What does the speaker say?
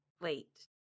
wait